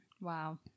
Wow